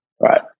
right